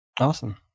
awesome